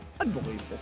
Unbelievable